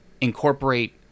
Incorporate